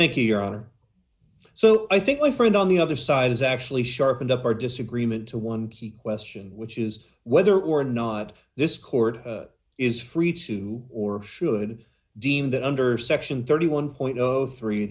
thank you your honor so i think my friend on the other side is actually sharpened up our disagreement to one key question which is whether or not this court is free to or should deem that under section thirty one point zero three